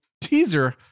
teaser